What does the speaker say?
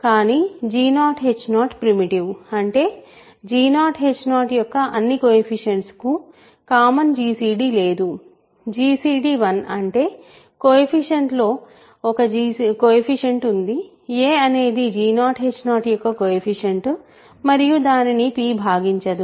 కాని g0h0 primitive అంటే g0h0 యొక్క అన్ని కొయెఫిషియంట్స్ కు కామన్ gcd లేదు gcd 1 అంటే కొయెఫిషియంట్స్లో ఒక కొయెఫిషియంట్ ఉంది a అనేది g0h0 యొక్క కొయెఫిషియంట్ మరియు దానిని p భాగించదు